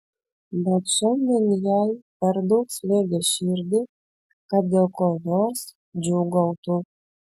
bet šiandien jai per daug slėgė širdį kad dėl ko nors džiūgautų